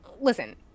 Listen